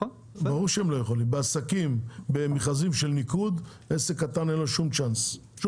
במכרזים של ניקוד, עסק קטן אין לו שום סיכוי.